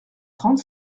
trente